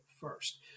first